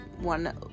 one